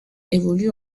évolue